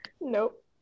Nope